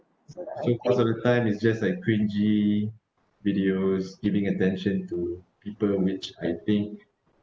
so most of the time is just like cringey videos giving attention to people which I think